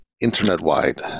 internet-wide